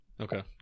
Okay